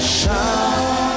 shine